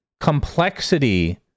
Complexity